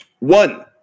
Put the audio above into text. One